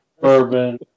bourbon